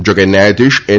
જોકે ન્યાયાધીશ એન